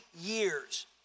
years